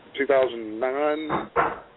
2009